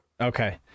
Okay